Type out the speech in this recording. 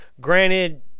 Granted